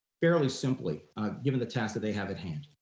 fairly simply given the task that they have at hand.